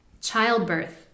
Childbirth